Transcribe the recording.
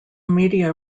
media